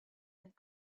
and